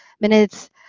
minutes